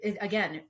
Again